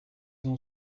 ont